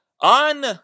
on